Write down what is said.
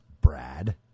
Brad